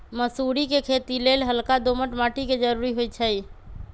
मसुरी कें खेति लेल हल्का दोमट माटी के जरूरी होइ छइ